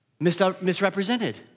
misrepresented